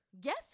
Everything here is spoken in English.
guess